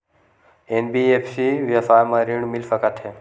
NBFC व्यवसाय मा ऋण मिल सकत हे